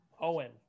Owen